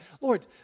Lord